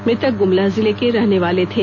मृतक ग्रमला जिले के रहने वाले थे